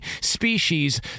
species